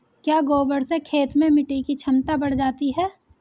क्या गोबर से खेत में मिटी की क्षमता बढ़ जाती है?